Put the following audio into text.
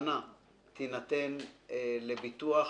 השנה תינתן לביטוח